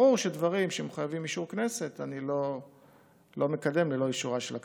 ברור שדברים שמחויבים אישור כנסת אני לא מקדם ללא אישורה של הכנסת.